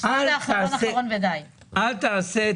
אל תשאיר